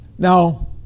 Now